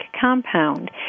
Compound